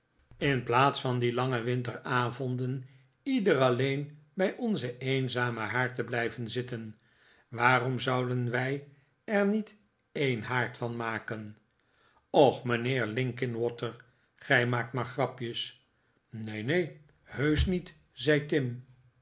in staat om ook ons nog lange winteravonden ieder alleen bij onzen eenzamen haard te blijven zitten waarom zouden wij er niet een haard van maken och mijnheer linkinwater gij maakt maar grapjes neen neen heusch niet zei tim